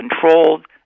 controlled